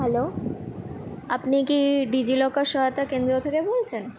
hello আপনি কি DigiLocker সহায়তা কেন্দ্র থেকে বলছেন